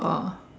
oh